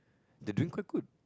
they doing quiet good